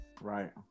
right